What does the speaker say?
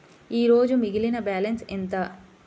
ఈరోజు మిగిలిన బ్యాలెన్స్ ఎంత?